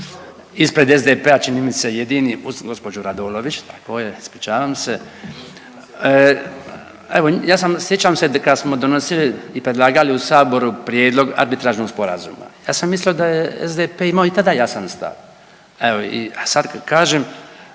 ispred SDP-a čini mi se jedini uz gospođu Radolović, tako je ispričavam se, evo ja sam sjećam se kad smo donosili i predlagali u saboru prijedlog arbitražnog sporazuma, ja sam mislio da je SDP i tada imao jasan stav, evo i sad kažem